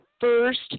first